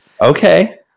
Okay